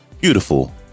beautiful